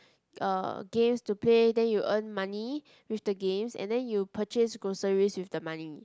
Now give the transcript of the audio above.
uh games to play then you earn money with the games and then you purchase groceries with the money